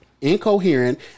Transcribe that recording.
incoherent